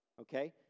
Okay